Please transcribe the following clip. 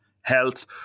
health